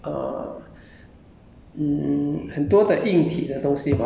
没有你还需要很多的好像 uh